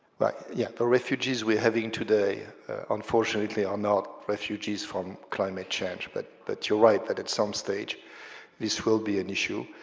like yeah the refugees we're having today unfortunately are not refugees from climate change, but but you're right that at some stage this will be an issue.